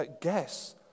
guess